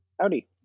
Howdy